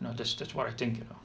you know that's that's what I think you know